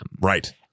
Right